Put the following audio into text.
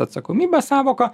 atsakomybės sąvoka